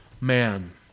man